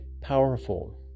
powerful